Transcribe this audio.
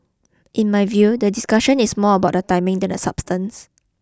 in my view the discussion is more about the timing than the substance